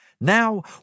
Now